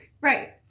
Right